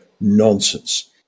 nonsense